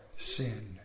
sin